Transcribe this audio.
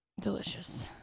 Delicious